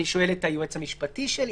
אני שואל את היועץ המשפטי שלי?